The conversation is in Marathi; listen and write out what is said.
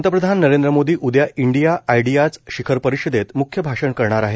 पंतप्रधान नरेंद्र मोदी उद्या इंडिया आयडियाज शिखर परिषदेत मुख्य भाषण करणार आहेत